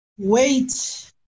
Wait